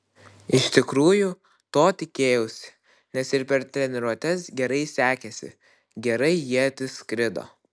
iš tikrųjų to tikėjausi nes ir per treniruotes gerai sekėsi gerai ietis skrido